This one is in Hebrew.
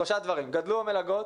שלושה דברים, גדלו המלגות,